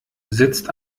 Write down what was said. sitzt